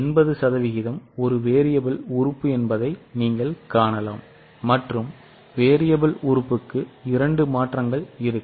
80 சதவிகிதம் ஒரு மாறி உறுப்பு என்பதை நீங்கள் காணலாம் மற்றும் மாறி உறுப்புக்கு இரண்டு மாற்றங்கள் இருக்கும்